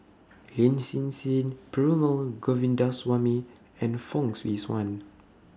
Lin Hsin Hsin Perumal Govindaswamy and Fong Swee Suan